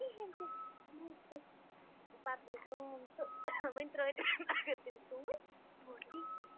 کِہیٖنۍ تہِ بوٗزتھٕ پتہٕ گٔے کٲم تہٕ وٕنۍ ترٲے نہٕ مگر تِم سُوٕنۍ ٹوٹلی کِہیٖنۍ تہِ